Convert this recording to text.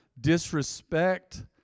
disrespect